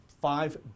five